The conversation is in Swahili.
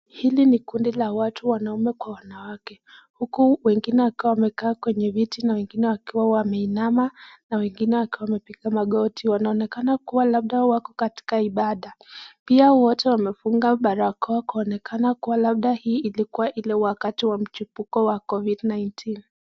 Hili ni kundi la watu wanaume kwa wanawake, huku wengine wakiwa wamekaa kwenye kiti na wengine wakiwa wameinama na wengine wakiwa wamepiga magoti, wanaonekana wakiwa wako ibada. Pia wote wamefunga barakwa kuonekana kwamba labda hii ilikua kwa ile wakati wa mchipuko wa COVID 19